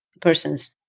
persons